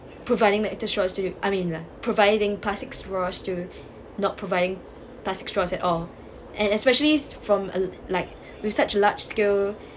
providing metal straw to I mean are providing classics straws to not providing plastic straws at all and and especially from a like we've such a large scale